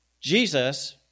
Jesus